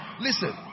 Listen